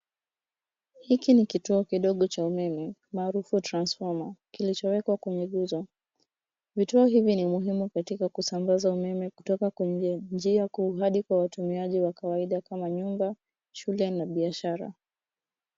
Hiki ni kituo kidogo cha umeme maarufu transfoma kilichowekwa kwenye nguzo. Vituo hivi ni muhimu katika kusambaza umeme kutoka kwa njia kuu hadi kwa watumiaji wa kawaida kama nyumba, shule na biashara.